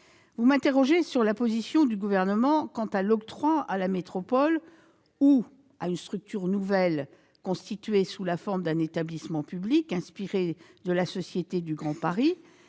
Vous m'interrogez sur la position du Gouvernement quant à l'octroi à la métropole, ou à une structure nouvelle constituée sous la forme d'un établissement public inspiré de la Société du Grand Paris,